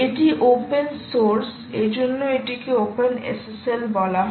এটি open source এজন্য এটিকে OpenSSL বলা হয়